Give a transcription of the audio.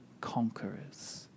conquerors